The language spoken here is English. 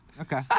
Okay